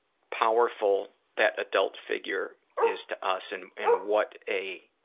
powerful that adult figure is to us and and what a